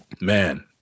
man